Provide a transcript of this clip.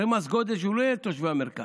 הרי מס גודש הוא לא יהיה לתושבי המרכז,